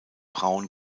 braun